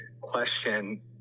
question